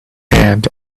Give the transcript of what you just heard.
hand